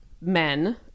men